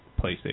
PlayStation